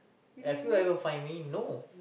have you ever find me no